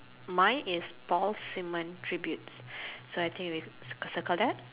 mine is ball cement Tribute so I think we circle that